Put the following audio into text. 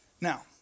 Now